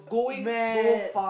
mad